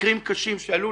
מקרים קשים שעלו